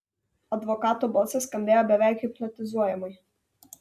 advokato balsas skambėjo beveik hipnotizuojamai